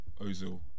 Ozil